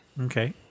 Okay